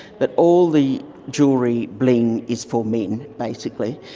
but all the jewellery, bling, is for men basically,